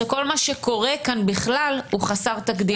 שכל מה שקורה כאן בכלל הוא חסר תקדים.